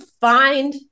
find